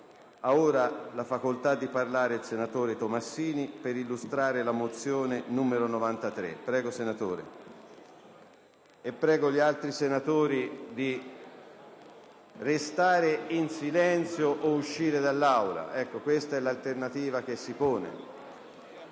voto. Ha facoltà di parlare il senatore Tomassini per illustrare la mozione n. 93. Prego gli altri senatori di restare in silenzio o di uscire dall'Aula: questa è l'alternativa che si pone.